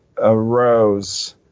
arose